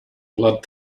blood